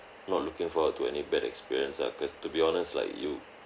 not looking forward to any bad experience ah cause to be honest like you